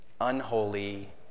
unholy